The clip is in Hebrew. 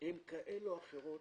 הן כאלה או אחרות.